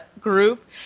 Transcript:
group